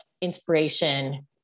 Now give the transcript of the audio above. inspiration